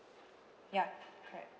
ya correct